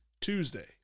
Tuesday